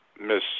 Miss